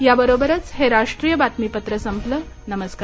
या बरोबरच हे राष्ट्रीय बातमीपत्र संपलं नमस्कार